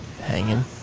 hanging